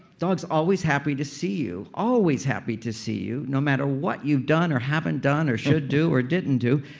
dogs are always happy to see you. always happy to see you, no matter what you've done or haven't done or should do or didn't do.